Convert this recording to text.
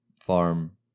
farm